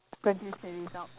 produce a result